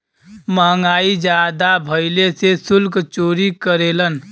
महंगाई जादा भइले से सुल्क चोरी करेलन